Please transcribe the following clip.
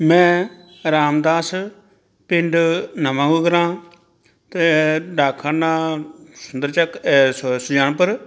ਮੈਂ ਰਾਮਦਾਸ ਪਿੰਡ ਨਵਾਂ ਗੁਗ੍ਰਾਹ ਅਤੇ ਡਾਕਖਾਨਾ ਸੁੰਦਰਚਕ ਸੁ ਸੁਜਾਨਪੁਰ